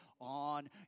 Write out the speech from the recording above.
on